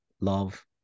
love